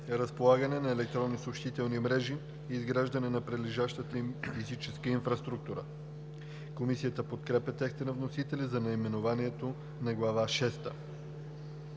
по разполагане на електронна съобщителна мрежа и изграждането на прилежащата й физическа инфраструктура“. Комисията подкрепя текста на вносителя за наименованието на Раздел